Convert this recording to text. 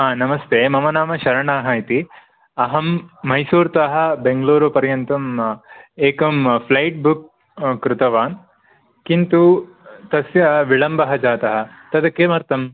आं नमस्ते मम नाम शरणः इति अहं मैसूर् तः बेङ्गलूरुपर्यन्तम् एकं फ्लाइट् बुक् कृतवान् किन्तु तस्य विलम्बः जातः तद् किमर्थम्